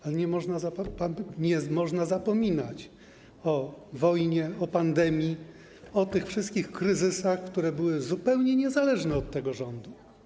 Ale nie można zapominać o wojnie, o pandemii, o tych wszystkich kryzysach, które były zupełnie niezależne od tego rządu.